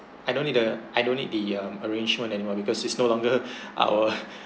I don't need the I don't need the um arrangement anymore because it's no longer our